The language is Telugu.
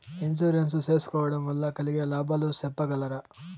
ఇన్సూరెన్సు సేసుకోవడం వల్ల కలిగే లాభాలు సెప్పగలరా?